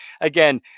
Again